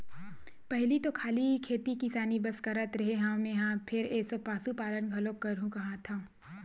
पहिली तो खाली खेती किसानी बस करत रेहे हँव मेंहा फेर एसो पसुपालन घलोक करहूं काहत हंव